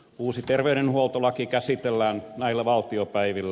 uusi terveydenhuoltolaki käsitellään näillä valtiopäivillä